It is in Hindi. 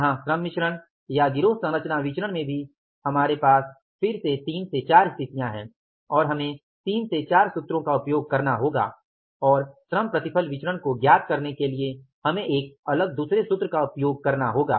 यहां श्रम मिश्रण या गिरोह संरचना विचरण में भी हमारे पास फिर से 3 से 4 स्थितियां हैं और हमें 3 से 4 सूत्रों का उपयोग करना होगा और श्रम प्रतिफल विचरण को ज्ञात करने के लिए हमें एक अलग दुसरे सूत्र का उपयोग करना होगा